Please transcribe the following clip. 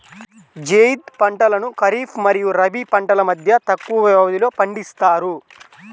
జైద్ పంటలను ఖరీఫ్ మరియు రబీ పంటల మధ్య తక్కువ వ్యవధిలో పండిస్తారు